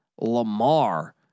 Lamar